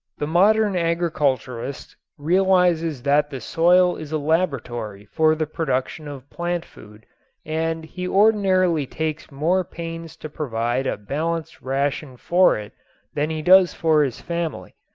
the modern agriculturist realizes that the soil is a laboratory for the production of plant food and he ordinarily takes more pains to provide a balanced ration for it than he does for his family.